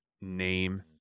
name